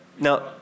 Now